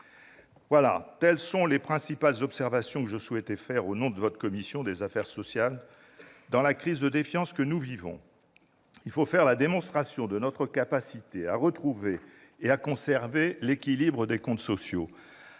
Telles sont les principales observations que je souhaitais faire, au nom de la commission des affaires sociales, sur ce PLFSS. Dans la crise de défiance que nous vivons, il faut faire la démonstration de notre capacité à retrouver et à conserver l'équilibre des comptes sociaux,